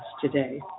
today